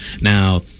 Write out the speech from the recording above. Now